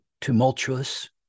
tumultuous